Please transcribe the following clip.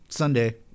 Sunday